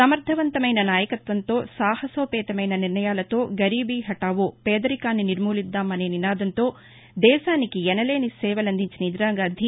సమర్దవంతమైన నాయకత్వంతో సాహసోపేతమైన నిర్ణయాలతో గరీబీ హఠావో పేదరికాన్ని నిర్మూలిద్దాం అనే నినాదంతో దేశానికి ఎనలేని సేవలందించిన ఇందిరాగాంధీ